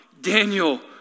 Daniel